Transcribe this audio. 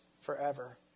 forever